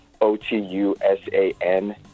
O-T-U-S-A-N